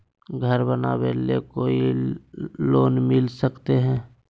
घर बनावे ले कोई लोनमिल सकले है?